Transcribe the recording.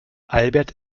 albert